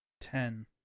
Ten